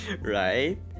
right